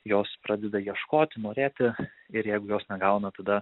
jos pradeda ieškoti norėti ir jeigu jos negauna tada